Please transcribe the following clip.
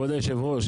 כבוד היושב ראש,